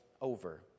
over